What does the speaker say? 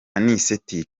anicet